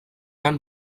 khan